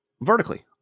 vertically